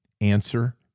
Answer